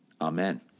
Amen